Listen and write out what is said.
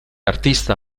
artista